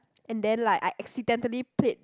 and then like I accidentally played